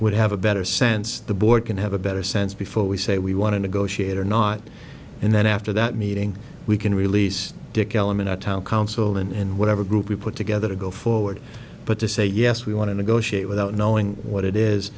would have a better sense the board can have a better sense before we say we want to negotiate or not and then after that meeting we can release dick element to town council and whatever group we put together to go forward but to say yes we want to negotiate without knowing what it is